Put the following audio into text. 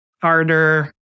harder